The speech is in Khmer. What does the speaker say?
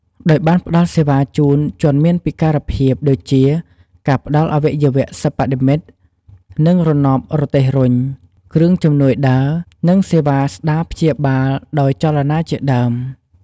ដោយបានផ្ដល់សេវាជូនជនមានពិការភាព ដូចជា ការផ្ដល់អាវៈយវៈសិប្បនិម្មិត និងរណបរទេះរុញ គ្រឿងជំនួយដើរ និងសេវាស្តារព្យាបាលដោយចលនាជាដើម។